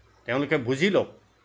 তেওঁলোকে বুজি লওক